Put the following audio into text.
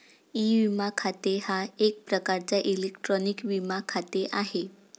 E विमा खाते हा एक प्रकारचा इलेक्ट्रॉनिक विमा खाते आहे